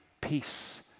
peace